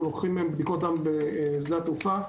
לוקחים מהם בדיקות דם בשדה התעופה,